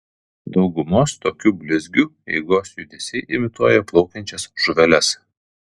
daugumos tokių blizgių eigos judesiai imituoja plaukiančias žuveles